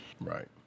Right